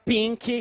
Pink